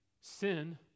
sin